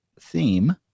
theme